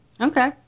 Okay